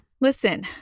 Listen